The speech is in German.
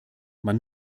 man